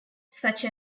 such